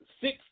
six